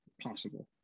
Possible